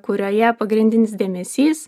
kurioje pagrindinis dėmesys